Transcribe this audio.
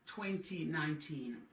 2019